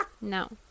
No